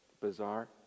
bizarre